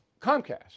Comcast